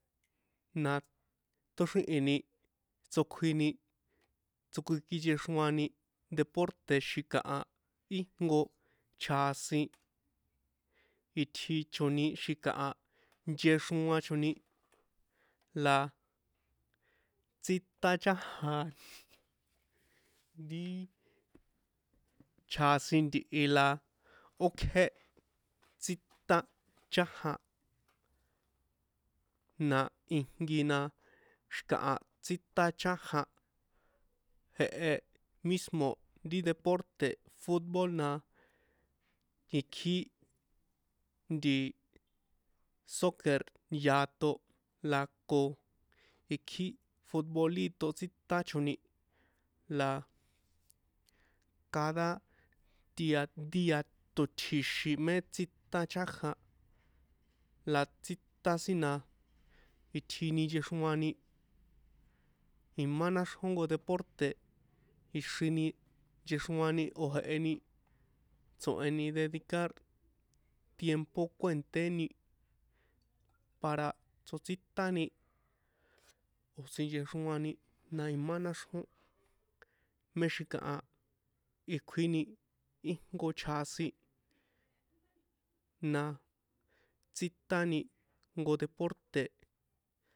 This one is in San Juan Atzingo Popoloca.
Na tóxrihi̱ni tsokjuini tsokjuin kinchexroani deporte xi̱kaha íjnko chjasin itjichoni xi̱kaha nchexroachoni la tsítan chajan ri chjasin ntihi la ókjé tsítan chajan na ijnki na xi̱kaha tsítan chajan jehe mismo ri deporte futbol na ikji nti suquer yato al ko ikjí futbolito tsítachoni la cada tia ti yatotji̱xi̱n mé tsítan chájan la ts´ítan sin na itjini nchexroani imá náxrjón ijnko deporte ixrini nchexroani o̱ jeheni tso̱heni dedicar tiempo kuènṭéni tsotsítani sinchexroani na imá náxrjón mé xi̱kaha ikju´íni íjnko chjasin na tsítani ijnko deporte